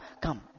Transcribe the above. come